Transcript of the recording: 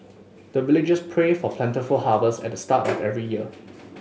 the villagers pray for plentiful harvest at the start of every year